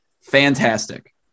Fantastic